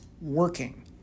working